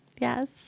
Yes